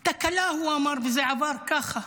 "תקלה", הוא אמר, וזה עבר ככה,